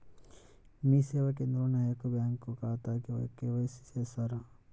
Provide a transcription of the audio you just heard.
మీ సేవా కేంద్రంలో నా యొక్క బ్యాంకు ఖాతాకి కే.వై.సి చేస్తారా?